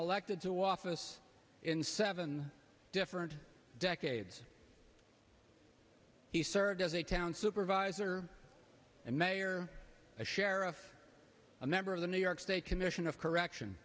elected to office in seven different decades he served as a town supervisor and mayor a sheriff a member of the new york state commission of correction